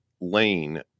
Lane